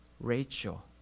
Rachel